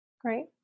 Great